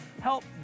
help